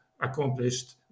accomplished